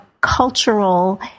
cultural